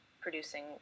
producing